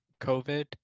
COVID